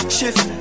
Shift